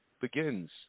begins